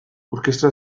orkestra